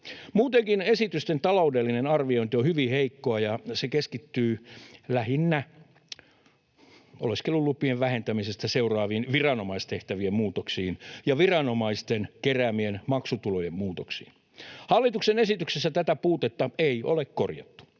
Muutenkin esitysten taloudellinen arviointi on hyvin heikkoa, ja se keskittyy lähinnä oleskelulupien vähentämisestä seuraaviin viranomaistehtävien muutoksiin ja viranomaisten keräämien maksutulojen muutoksiin. Tätä puutetta hallituksen esityksessä ei ole korjattu,